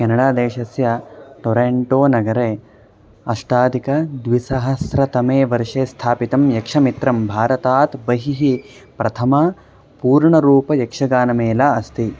केनडादेशस्य Toronto नगरे अष्टाधिकद्विसहस्रतमे वर्षे स्थापितं यक्षमित्रं भारतात् बहिः प्रथमा पूर्णरूपयक्षगानमेला अस्ति